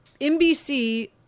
NBC